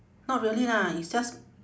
not really lah it's just